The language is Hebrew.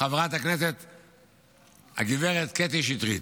חברת הכנסת הגב' קטי שטרית.